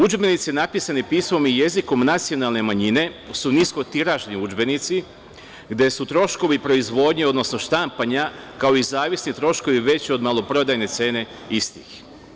Udžbenici napisani pismom i jezikom nacionalne manjine, su niskotiražni udžbenici, gde su troškovi proizvodnje, odnosno štampanja, kao i zavisni troškovi od maloprodajne cene istih.